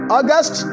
August